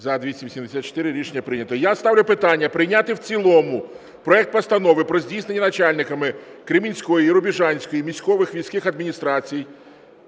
За-284 Рішення прийнято. Я ставлю питання прийняти в цілому проект Постанови про здійснення начальниками Кремінської, Рубіжанської міських військових адміністрацій…